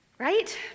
Right